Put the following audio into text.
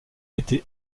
été